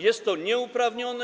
Jest to nieuprawnione.